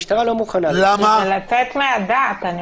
כי זה לצאת מהדעת.